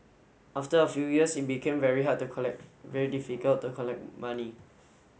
after a few years it became very hard very difficult to collect money